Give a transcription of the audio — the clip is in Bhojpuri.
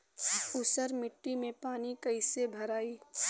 ऊसर मिट्टी में पानी कईसे भराई?